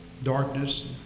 darkness